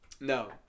No